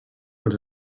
els